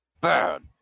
Bad